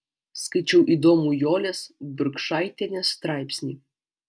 skaičiau įdomų jolės burkšaitienės straipsnį